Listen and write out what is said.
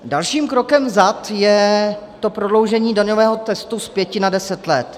Dalším krokem vzad je to prodloužení daňového testu z pěti na deset let.